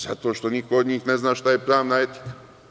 Zato što niko od njih ne zna šta je pravna etika.